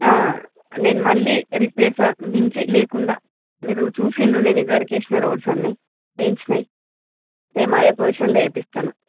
నేను మళ్ళీ రేపైర్స్ అవి మించి లేకుండా మీరు చూసిండ్రు నేను ఇది వరకు చేసిన రోడ్స్ అన్నీ చేయించినవి సేమ్ అదే పొజిషన్ లో వేపిస్తాను